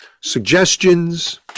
suggestions